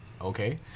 Okay